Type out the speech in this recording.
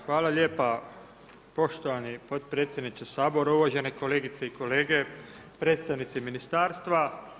Hvala lijepa poštovani podpredsjedniče Sabora, uvažene kolegice i kolege, predstavnici Ministarstva.